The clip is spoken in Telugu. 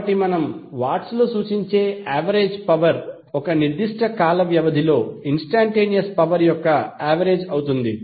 కాబట్టి మనం వాట్స్లో సూచించే యావరేజ్ పవర్ ఒక నిర్దిష్ట కాల వ్యవధిలో ఇన్స్టంటేనియస్ పవర్ యొక్క యావరేజ్ అవుతుంది